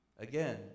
Again